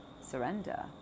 surrender